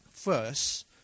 first